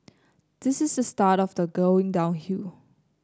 this is a start of the going downhill